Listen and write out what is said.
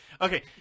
Okay